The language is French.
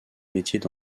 métiers